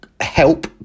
help